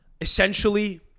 essentially